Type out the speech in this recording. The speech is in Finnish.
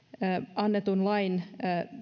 annetun lain